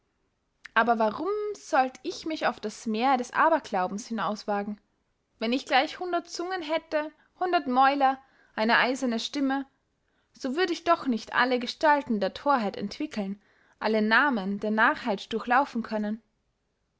aber warum sollt ich mich auf das meer des aberglaubens hinauswagen wenn ich gleich hundert zungen hätte hundert mäuler eine eiserne stimme so würd ich doch nicht alle gestalten der thorheit entwickeln alle namen der narrheit durchlaufen können